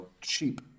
cheap